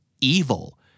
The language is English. evil